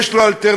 יש לו אלטרנטיבה.